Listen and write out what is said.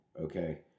Okay